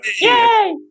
Yay